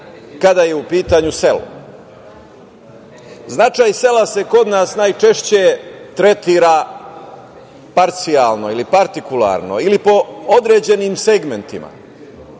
kada je u pitanju selo. Značaj sela se kod nas najčešće tretira parcijalno ili partikularno ili po određenim segmentima.